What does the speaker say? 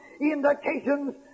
indications